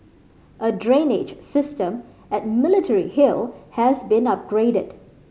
a drainage system at Military Hill has been upgraded